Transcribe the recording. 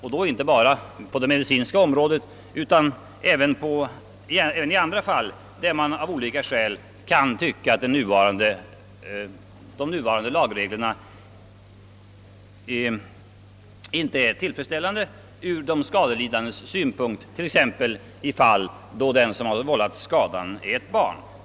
Och då inte bara inom det medicinska området utan även i andra fall, där av olika skäl de nuvarande lagreglerna inte är tillfredsställande ur de skadelidandes synpunkt, t.ex. när det gäller skador som vållats av barn.